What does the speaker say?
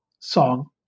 Song